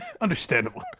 Understandable